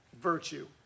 virtue